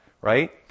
right